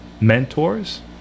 mentors